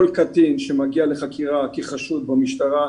כל קטין שמגיע לחקירה כחשוד במשטרה,